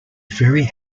very